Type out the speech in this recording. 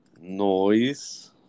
Noise